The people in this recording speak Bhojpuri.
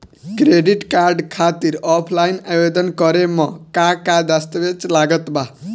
क्रेडिट कार्ड खातिर ऑफलाइन आवेदन करे म का का दस्तवेज लागत बा?